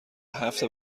هفت